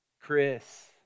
Chris